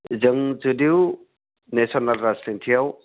जों जुदिय' नेसनेल राजनितियाव